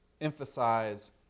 emphasize